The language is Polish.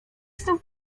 znów